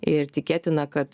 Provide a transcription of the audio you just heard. ir tikėtina kad